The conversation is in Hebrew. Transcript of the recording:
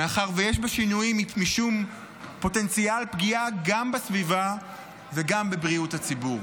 מאחר שיש בשינויים משום פוטנציאל פגיעה גם בסביבה וגם בבריאות הציבור.